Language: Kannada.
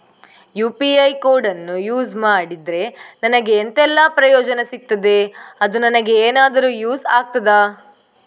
ಯು.ಪಿ.ಐ ಕೋಡನ್ನು ಯೂಸ್ ಮಾಡಿದ್ರೆ ನನಗೆ ಎಂಥೆಲ್ಲಾ ಪ್ರಯೋಜನ ಸಿಗ್ತದೆ, ಅದು ನನಗೆ ಎನಾದರೂ ಯೂಸ್ ಆಗ್ತದಾ?